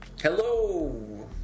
hello